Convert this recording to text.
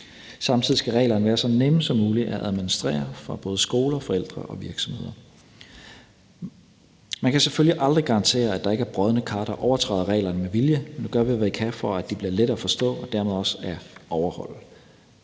Samtidig skal reglerne være så nemme som muligt at administrere for både skoler, forældre og virksomheder. Kl. 18:17 Man kan selvfølgelig aldrig garantere, at der ikke er brodne kar, der overtræder reglerne med vilje, men nu gør vi, hvad vi kan, for at det bliver lettere at forstå og dermed også at overholde.